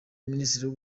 minisiteri